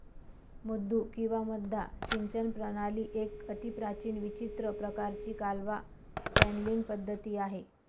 मुद्दू किंवा मद्दा सिंचन प्रणाली एक अतिप्राचीन विचित्र प्रकाराची कालवा चॅनलींग पद्धती आहे